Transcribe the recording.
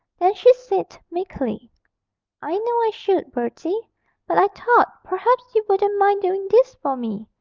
then she said meekly i know i should, bertie but i thought perhaps you wouldn't mind doing this for me.